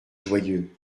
joyeux